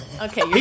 Okay